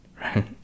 right